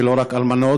ולא רק אלמנות,